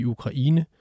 Ukraine